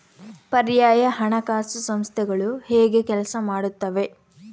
ಪರ್ಯಾಯ ಹಣಕಾಸು ಸಂಸ್ಥೆಗಳು ಹೇಗೆ ಕೆಲಸ ಮಾಡುತ್ತವೆ?